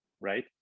right